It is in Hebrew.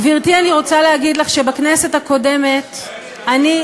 גברתי, אני רוצה להגיד לך שבכנסת הקודמת אני,